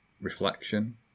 reflection